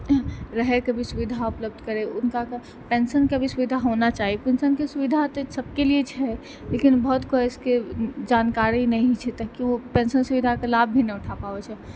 रहयके भी सुविधा उपलब्ध करय उनका के पेन्शन के भी सुविधा होना चाही पेन्शनके सुविधा होतै सबके लिए छै लेकिन बहुत कोई इसके जानकारी नहि छै तऽ ओ पेन्शन सुविधाके लाभ भी नहि उठा पाबै छै